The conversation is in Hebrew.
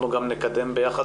אנחנו גם נקדם ביחד,